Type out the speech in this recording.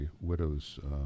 widow's